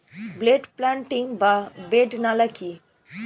Bed planting বা bed নালা কি?